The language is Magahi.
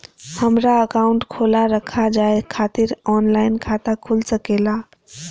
हमारा अकाउंट खोला रखा जाए खातिर ऑनलाइन खाता खुल सके ला?